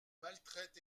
maltraite